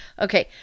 Okay